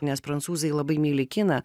nes prancūzai labai myli kiną